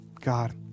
God